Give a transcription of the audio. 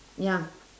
ya